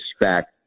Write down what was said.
expect